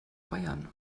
bayern